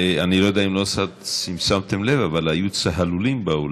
אני לא יודע אם שמתם לב, אבל היו צהלולים באולם.